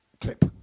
clip